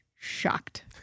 shocked